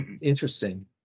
interesting